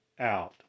out